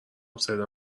صدا